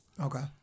Okay